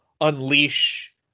unleash